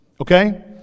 okay